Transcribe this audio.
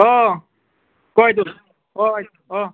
অঁ ক এইটো অঁ অঁ